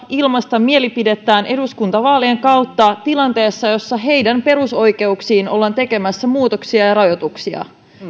ilmaista mielipiteensä eduskuntavaalien kautta tilanteessa jossa heidän perusoikeuksiinsa ollaan tekemässä muutoksia ja rajoituksia